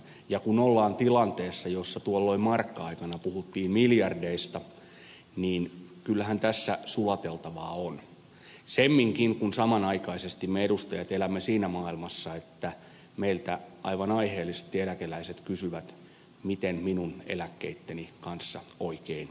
ja kun ollaan tilanteessa jossa tuolloin markka aikana puhuttiin miljardeista niin kyllähän tässä sulateltavaa on semminkin kun samanaikaisesti me edustajat elämme siinä maailmassa että meiltä aivan aiheellisesti eläkeläiset kysyvät miten minun eläkkeitteni kanssa oikein on